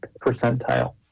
percentile